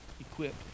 equipped